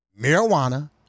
marijuana